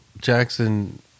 Jackson